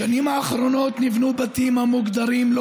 בשנים האחרונות נבנו בתים המוגדרים לא